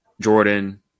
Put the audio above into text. Jordan